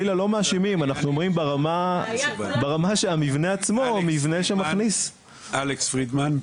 אנחנו אומרים ברמה שהמבנה עצמו הוא מבנה שמכניס --- אלכס פרידמן.